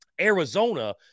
Arizona –